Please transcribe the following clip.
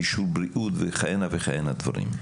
אישור בריאות וכהנה-וכהנה דברים.